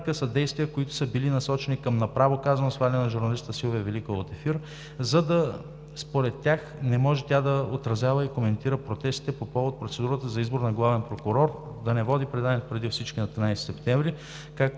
са действия, които са били насочени към, направо казано, сваляне на журналиста госпожа Силвия Великова от ефир, за да, според тях, не може тя да отразява и коментира протестите по повод процедурата за избор на главен прокурор, да не води предаването „Преди всички“ на 13 септември, като